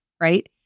right